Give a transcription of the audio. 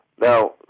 Now